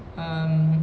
um